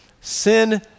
Sin